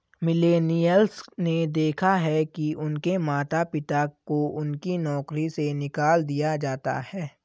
millennials ने देखा है कि उनके माता पिता को उनकी नौकरी से निकाल दिया जाता है